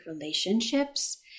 relationships